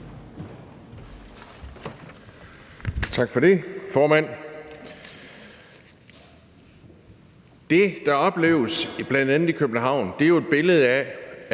Tak for det, formand. Det, der opleves, bl.a. i København, er jo et billede af,